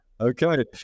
Okay